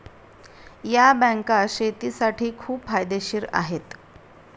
या बँका शेतीसाठी खूप फायदेशीर आहेत